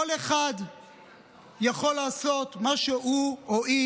כל אחד יכול לעשות מה שהוא או היא